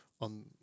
on